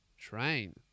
train